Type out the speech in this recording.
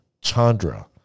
Chandra